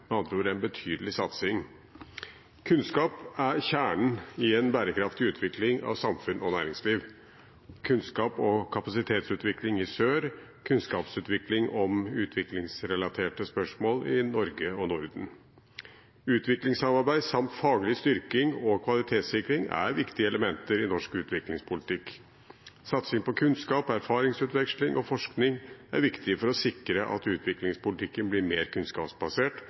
med andre ord en betydelig satsing. Kunnskap er kjernen i en bærekraftig utvikling av samfunns- og næringsliv. Kunnskaps- og kapasitetsutvikling i sør, kunnskapsutvikling om utviklingsrelaterte spørsmål i Norge og Norden, utviklingssamarbeid samt faglig styrking og kvalitetssikring er viktige elementer i norsk utviklingspolitikk. Satsing på kunnskap, erfaringsutveksling og forskning er viktig for å sikre at utviklingspolitikken blir mer kunnskapsbasert,